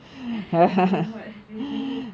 I cannot really